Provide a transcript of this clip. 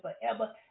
forever